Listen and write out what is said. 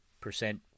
percent